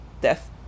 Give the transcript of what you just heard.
death